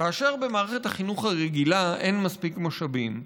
כאשר במערכת החינוך הרגילה אין מספיק משאבים,